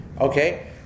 Okay